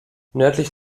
nördlich